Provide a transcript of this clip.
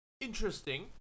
Interesting